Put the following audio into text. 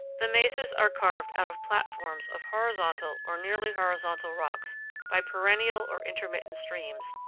the mesas are carved out of platforms of horizontal or nearly horizontal rocks by perennial or intermittent streams,